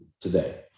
today